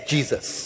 Jesus